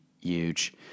huge